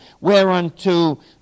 whereunto